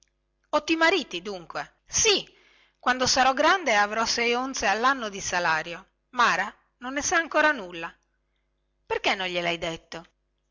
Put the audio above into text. o ti mariti dunque sì quando sarò grande e avrò sei onze allanno di salario mara non ne sa nulla ancora perchè non glielhai detto